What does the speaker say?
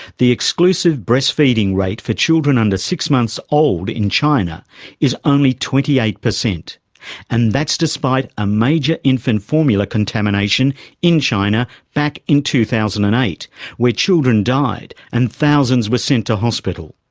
the exclusive breastfeeding rate for children under six months old in china is only twenty eight, and that's despite a major infant formula contamination in china back in two thousand and eight where children died and thousands were sent to hospital.